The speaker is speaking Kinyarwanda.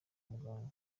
muganga